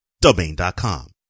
Domain.com